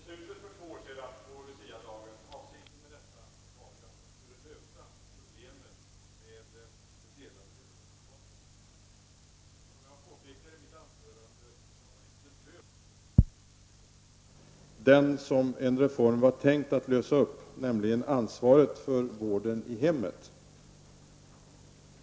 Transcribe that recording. Herr talman! Avsikten med beslutet på Luciadagen för två år sedan var ju att man skulle lösa problemen med det delade huvudmannaskapet. Som jag påpekade i mitt anförande har man inte löst det stora problemet, det som en reform var tänkt att lösa, nämligen tvisten om ansvaret för vården i hemmet.